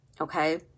okay